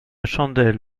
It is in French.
chandelle